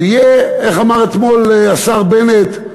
איך אמר אתמול השר בנט?